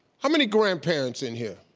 how many grandparents in here?